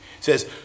says